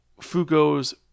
Fugo's